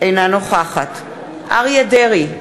אינה נוכחת אריה דרעי,